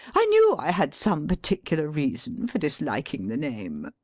i knew i had some particular reason for disliking the name.